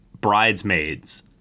Bridesmaids